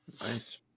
Nice